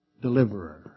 deliverer